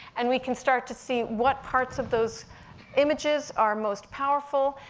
and we can start to see what parts of those images are most powerful,